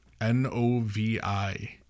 N-O-V-I